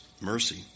mercy